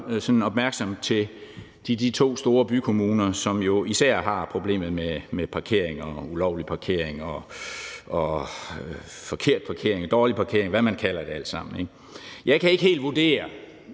opmærksomt til de to store bykommuner, som jo især har problemet med parkeringer: Ulovlige parkeringer, forkerte parkeringer, dårlige parkeringer, hvad man nu kalder det alt sammen. Jeg kan ikke helt vurdere,